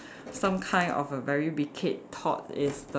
some kind of a very wicked thought is the